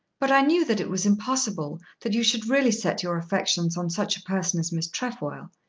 but i knew that it was impossible that you should really set your affections on such a person as miss trefoil.